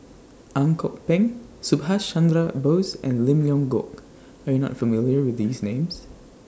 Ang Kok Peng Subhas Chandra Bose and Lim Leong Geok Are YOU not familiar with These Names